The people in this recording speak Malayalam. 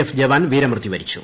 എഫ് ജവാൻ വീരമൃത്യു വരിച്ചു